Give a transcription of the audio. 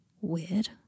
Weird